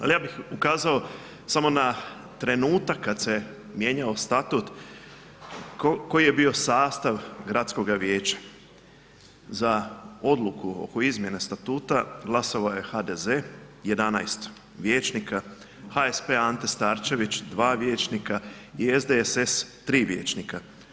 Ali ja bih ukazao samo na trenutak kad se mijenjao statut koji je bio sastav gradskoga vijeća za odluku oko izmjene statuta, glasovao je HDZ, 11 vijećnika, HSP AS 2 vijećnika i SDSS 3 vijećnika.